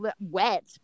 wet